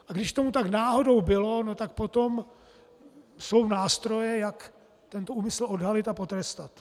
A když tomu tak náhodou bylo, tak potom jsou nástroje, jak tento úmysl odhalit a potrestat.